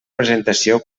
presentació